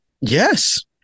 Yes